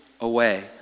away